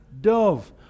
dove